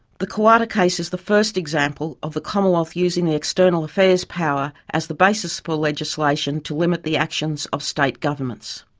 the koowarta case is the first example example of the commonwealth using the external affairs power as the basis for legislation to limit the actions of state governments.